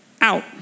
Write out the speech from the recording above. out